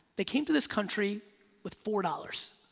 they came to this country with four dollars.